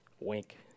Wink